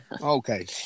Okay